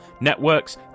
networks